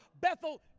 Bethel